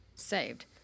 Saved